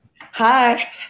Hi